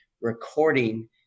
recording